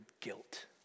guilt